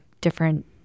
different